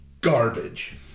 garbage